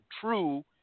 true